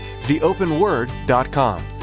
theopenword.com